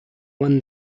won